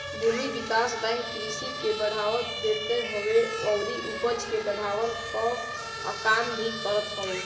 भूमि विकास बैंक कृषि के बढ़ावा देत हवे अउरी उपज के बढ़वला कअ काम भी करत हअ